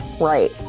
Right